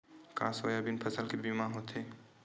का सोयाबीन फसल के बीमा होथे?